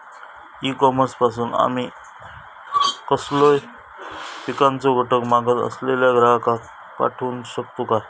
E commerce पासून आमी कसलोय पिकाचो घटक मागत असलेल्या ग्राहकाक पाठउक शकतू काय?